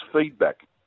feedback